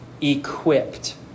Equipped